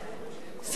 סילבן שלום,